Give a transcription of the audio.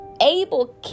Abel